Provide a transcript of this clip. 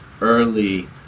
early